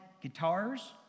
guitars